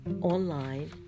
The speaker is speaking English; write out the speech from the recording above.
online